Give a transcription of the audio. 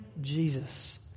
Jesus